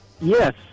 Yes